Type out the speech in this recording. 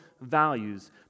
values